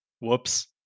Whoops